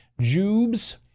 jubes